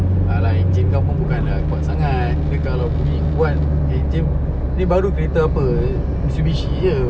dah lah enjin kau pun bukanlah kuat sangat ni kalau bunyi kuat enjin ni baru kereta apa Mitsubishi jer